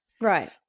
right